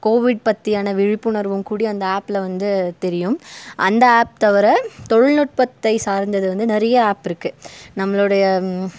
Covid பற்றியான விழிப்புணர்வும் கூட அந்த ஆப்பில் வந்து தெரியும் அந்த ஆப் தவிர தொழில்நுட்பத்தை சார்ந்தது வந்து நிறையா ஆப் இருக்குது நம்மளுடைய